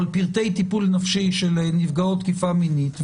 או על פרטי טיפול נפשי של נפגעות תקיפה מינית.